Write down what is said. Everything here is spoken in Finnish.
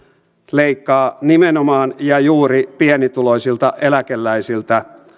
leikkaa nimenomaan ja juuri pienituloisilta eläkeläisiltä